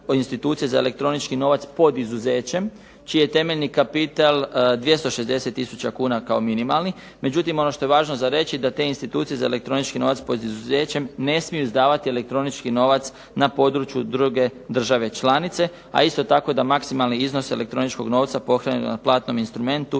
institucije za elektronički novac pod izuzećem čiji je temeljni kapital 260 tisuća kuna kao minimalni, međutim, ono što je važno reći da te institucije za elektronički novac pod izuzećem ne smiju izdavati elektronički novac na području druge države članice, ali isto tako da maksimalni iznos elektroničkog novca pohranjenog na platnom instrumentu